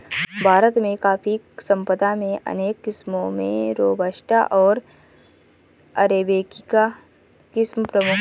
भारत में कॉफ़ी संपदा में अनेक किस्मो में रोबस्टा ओर अरेबिका किस्म प्रमुख है